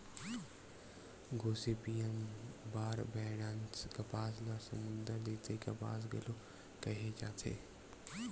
Gossypium barbadense कपास ल समुद्दर द्वितीय कपास घलो केहे जाथे